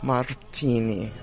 Martini